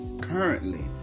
currently